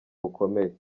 bukomeye